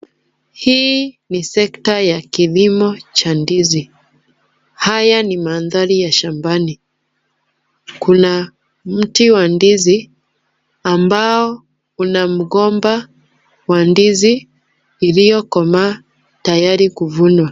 Hii ni sekta ya kilimo cha ndizi. Haya ni mandhari ya shambani. Kuna mti wa ndizi ambao una mgomba wa ndizi iliyokomaa tayari kuvunwa.